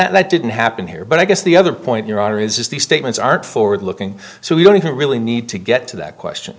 that didn't happen here but i guess the other point your honor is is these statements aren't forward looking so we don't even really need to get to that question